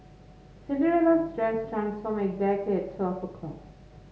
Cinderella's dress transformed exactly at twelve o'clock